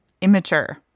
immature